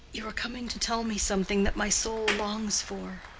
you are coming to tell me something that my soul longs for.